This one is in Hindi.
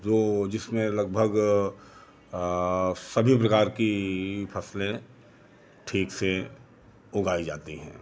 जो जिसमें लगभग सभी प्रकार की फसलें ठीक से उगाई जाती है